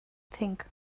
think